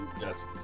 Yes